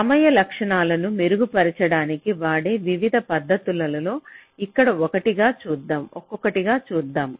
సమయ లక్షణాలను మెరుగుపరచడానికి వాడే వివిధ పద్ధతులలో ఇక్కడ ఒక్కొక్కటిగా చూద్దాం